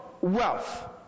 wealth